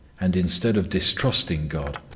and instead of distrusting god,